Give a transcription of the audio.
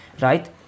right